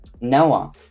Noah